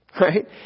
Right